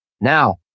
Now